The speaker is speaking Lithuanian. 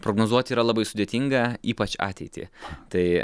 prognozuoti yra labai sudėtinga ypač ateitį tai